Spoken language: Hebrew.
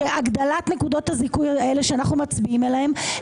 שהגדלת נקודות הזיכוי האלה שאנחנו מצביעים עליהם,